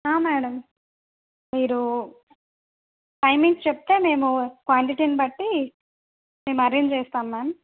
madam మీరు timings చెప్తే మేము క్వాంటిటీని బట్టి మేము అరేంజ్ చేస్తాం మ్యామ్